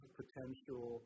potential